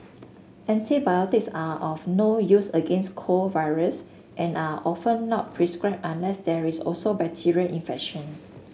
antibiotics are of no use against cold viruses and are often not prescribed unless there is also bacterial infection